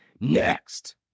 next